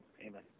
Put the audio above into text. Amen